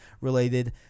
related